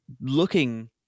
looking